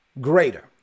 Greater